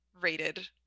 rated